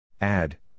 Add